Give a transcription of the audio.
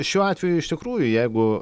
šiuo atveju iš tikrųjų jeigu